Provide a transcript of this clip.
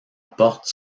porte